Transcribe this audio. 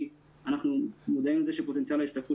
כי אנחנו מודעים לכך שפוטנציאל ההשתכרות